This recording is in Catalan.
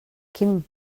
quin